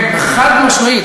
כן, חד-משמעית.